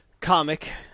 comic